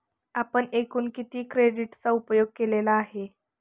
आपण एकूण किती क्रेडिटचा उपयोग केलेला आहे?